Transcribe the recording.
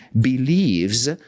believes